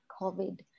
COVID